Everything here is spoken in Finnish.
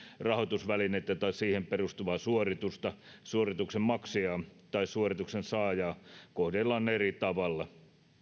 rahoitusvälinettä tai siihen perustuvaa suoritusta suorituksen maksajaa tai suorituksen saajaa kohdellaan eri tavalla